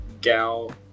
Gal